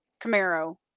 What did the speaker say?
Camaro